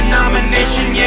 nomination